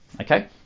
okay